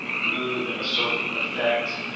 move in a certain effect,